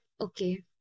okay